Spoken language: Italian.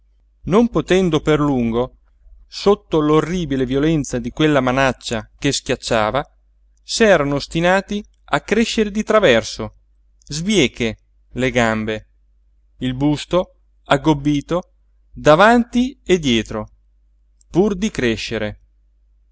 non potendo per lungo sotto l'orribile violenza di quella manaccia che schiacciava s'erano ostinati a crescere di traverso sbieche le gambe il busto aggobbito davanti e dietro pur di crescere